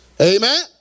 Amen